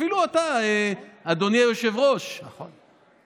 אפילו אתה, אדוני היושב-ראש, נכון.